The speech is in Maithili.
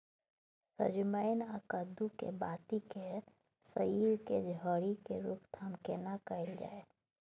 सजमैन आ कद्दू के बाती के सईर के झरि के रोकथाम केना कैल जाय?